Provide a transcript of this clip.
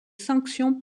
sanctions